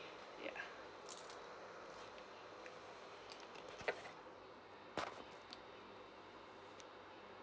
ya